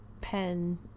pen